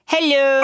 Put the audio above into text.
Hello